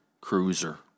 cruiser